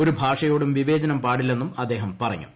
ഒരു ഭാഷയോടും വിവേചനം പാടില്ലെന്നും അദ്ദേഹം പറഞ്ഞു